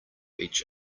each